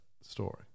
story